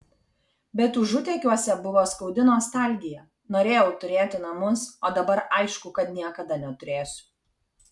bet užutekiuose buvo skaudi nostalgija norėjau turėti namus o dabar aišku kad niekada neturėsiu